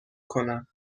کنم